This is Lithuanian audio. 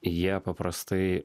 jie paprastai